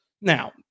Now